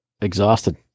exhausted